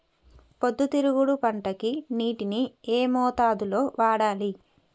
పొద్దుతిరుగుడు పంటకి నీటిని ఏ మోతాదు లో వాడాలి?